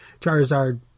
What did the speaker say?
Charizard